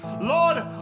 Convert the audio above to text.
Lord